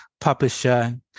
publisher